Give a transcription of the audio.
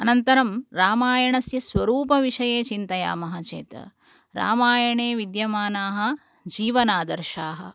अनन्तरं रामायणस्य स्वरूपविषये चिन्तयामः चेत् रामायणे विद्यमानाः जीवनादर्शाः